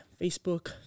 Facebook